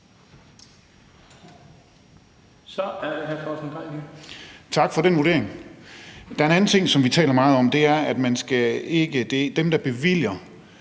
Tak for den vurdering. Der er en anden ting, som vi taler meget om, og det er jo, at dem, der bevilger